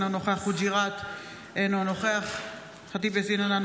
אינו נוכח שלום דנינו,